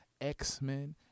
X-Men